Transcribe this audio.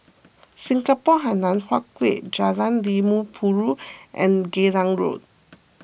Singapore Hainan Hwee Kuan Jalan Limau Purut and Geylang Road